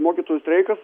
mokytojų streikas